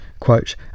Quote